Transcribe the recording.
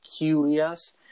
curious